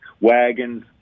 Wagons